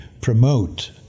promote